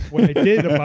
what i did